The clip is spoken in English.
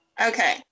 Okay